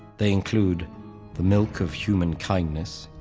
they include the milk of human kindness,